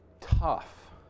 tough